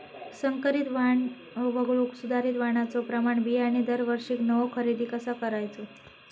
संकरित वाण वगळुक सुधारित वाणाचो प्रमाण बियाणे दरवर्षीक नवो खरेदी कसा करायचो?